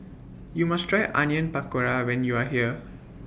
YOU must Try Onion Pakora when YOU Are here